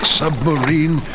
submarine